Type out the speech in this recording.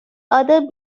other